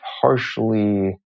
partially